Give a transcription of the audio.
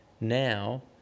now